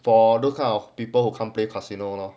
for those kind of people who come play casino lor